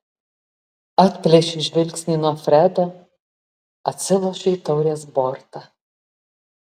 atplėšiu žvilgsnį nuo fredo atsilošiu į taurės bortą